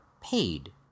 paid